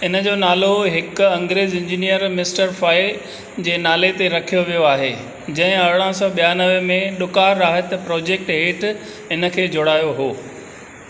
हिनजो नालो हिकु अंग्रेज इंजीनियर मिस्टर फ़ॉय जे नाले ते रखियो वियो आहे जंहिं अरिड़हां सौ ॿियानवे में ॾुकारु राहत प्रोजेक्ट हेठि हिनखे जोड़ायो हो